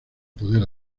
poder